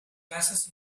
glasses